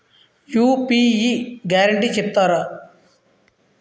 UPI guarantee చెప్తారా?